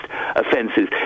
offences